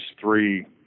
three